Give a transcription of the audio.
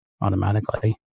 automatically